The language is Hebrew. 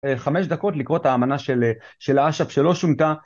חמש דקות לקרוא את האמנה של אש"ף שלא שונתה.